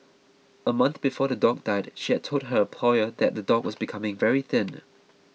a month before the dog died she had told her employer that the dog was becoming very thin